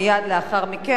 פניה קירשנבאום,